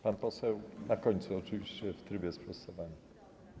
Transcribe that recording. Pan poseł na końcu oczywiście w trybie sprostowania.